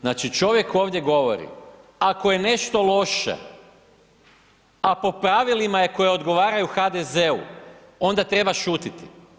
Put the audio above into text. Znači, čovjek ovdje govori ako je nešto loše, a po pravilima je koja odgovaraju HDZ-u, onda treba šutiti.